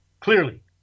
clearly